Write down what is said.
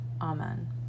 Amen